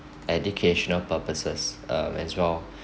educational purposes uh as well